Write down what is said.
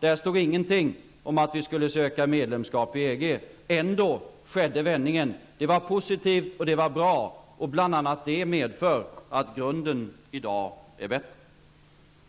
Där stod ingenting om att vi skulle söka medlemskap i EG. Ändå skedde vändningen. Det var positivt och bra, och bl.a. det medför att grunden i dag är bättre.